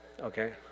okay